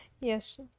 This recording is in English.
Yes